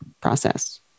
process